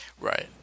Right